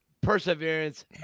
perseverance